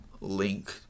link